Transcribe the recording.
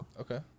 Okay